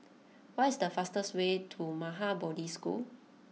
what is the fastest way to Maha Bodhi School